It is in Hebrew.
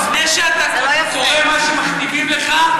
לפני שאתה קורא מה שמכתיבים לך,